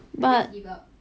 but